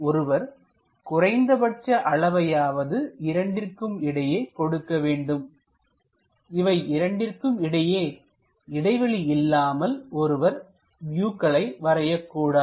ஒருவர் குறைந்தபட்ச அளவையாவது இரண்டிற்குமிடையே கொடுக்க வேண்டும் இவை இரண்டிற்கும் இடையே இடைவெளி இல்லாமல் ஒருவர் வியூக்களை வரையக் கூடாது